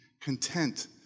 content